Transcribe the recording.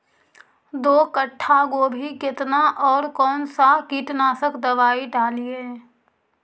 दो कट्ठा गोभी केतना और कौन सा कीटनाशक दवाई डालिए?